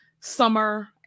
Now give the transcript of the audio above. summer